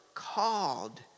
called